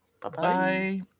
Bye-bye